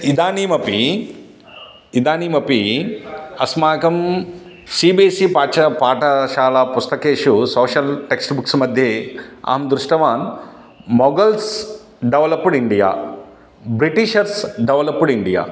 इदानीमपि इदानीमपि अस्माकं सि बि सि पाठ पाठशाला पुस्तकेषु सोश्यल् टेक्स्ट् बुक्स्मध्ये अहं दृष्टवान् Mughals developed India Britishers developed India